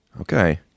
Okay